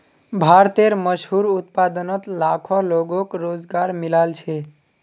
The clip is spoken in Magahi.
भारतेर मशहूर उत्पादनोत लाखों लोगोक रोज़गार मिलाल छे